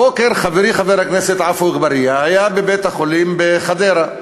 הבוקר חברי חבר הכנסת עפו אגבאריה היה בבית-החולים בחדרה.